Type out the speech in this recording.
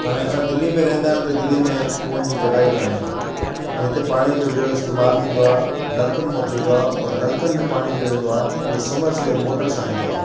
हाणे असां दिल्ली में रहंदा आहियूं त दिल्ली में कुअनि जी जॻह ई कोन्हे पर हिते पाणी जो जेको इस्तेमालु थींदो आहे नल्कनि मो थींदो आहे और नल्कनि में पाणी जहिड़ो ईंदो आहे उहा समर सेवर मोटर सां ईंदो आहे